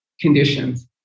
conditions